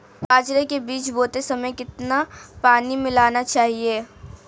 बाजरे के बीज बोते समय कितना पानी मिलाना चाहिए?